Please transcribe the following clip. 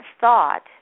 thought